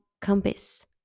compass